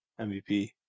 MVP